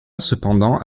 cependant